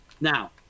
Now